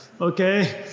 okay